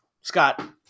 Scott